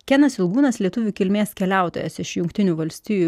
kenas ilgūnas lietuvių kilmės keliautojas iš jungtinių valstijų